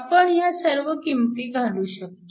आपण ह्या सर्व किंमती घालू शकतो